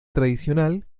tradicional